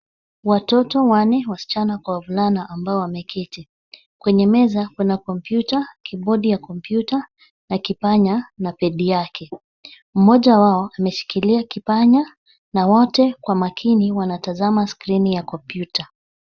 Watoto wanne wasichana kwa wavulana ambao wameketi kwenye meza wana kompyuta , kibodi ya kompyuta na kipanya na pedi yake. Mmoja wao ameshikilia kipanya na wote kwa makini wanatazama skrini ya kompyuta.